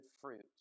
fruit